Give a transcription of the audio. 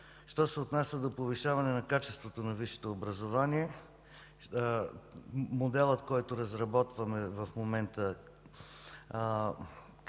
Що се отнася до повишаване на качеството на висшето образование, моделът, който разработваме в момента